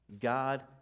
God